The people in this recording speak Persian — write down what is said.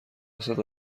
رسد